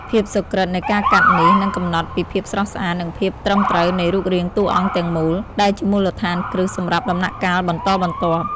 ភាពសុក្រិត្យនៃការកាត់នេះ នឹងកំណត់ពីភាពស្រស់ស្អាត និងភាពត្រឹមត្រូវនៃរូបរាងតួអង្គទាំងមូល ដែលជាមូលដ្ឋានគ្រឹះសម្រាប់ដំណាក់កាលបន្តបន្ទាប់។